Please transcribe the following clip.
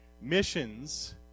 missions